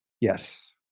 Yes